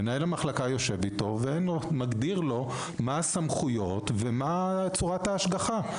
מנהל המחלקה יושב איתו ומגדיר לו מה הסמכויות ומה צורת ההשגחה.